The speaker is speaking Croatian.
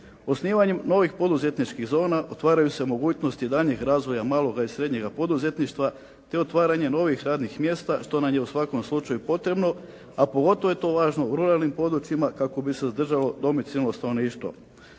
Osnivanjem novih poduzetničkih zona otvaraju se mogućnosti daljnjeg razvoja maloga i srednjega poduzetništva te otvaranje novih radnih mjesta što nam je u svakom slučaju potrebno, a pogotovo je to važno u ruralnim područjima kako bi se zadržalo domicilno stanovništvo.